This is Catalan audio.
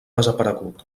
desaparegut